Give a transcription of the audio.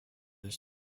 his